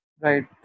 Right